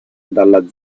dalla